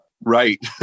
right